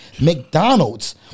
McDonald's